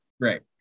Right